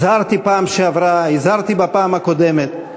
הזהרתי בפעם שעברה, הזהרתי בפעם הקודמת: